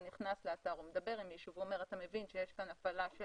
נכנס לאתר או מדבר עם מישהו והוא אומר שאתה מבין שיש כאן הפעלה של